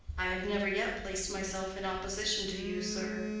i have never yet placed myself in opposition to you, sir.